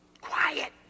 quiet